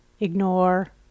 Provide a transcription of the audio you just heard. ignore